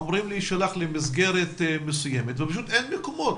אמורים להישלח למסגרת מסוימת ופשוט אין מקומות.